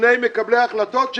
בפני מקבלי ההחלטות.